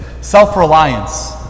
self-reliance